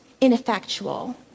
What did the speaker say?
ineffectual